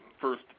first